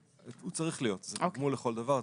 הוא צריך להיות, זה תגמול לכל דבר.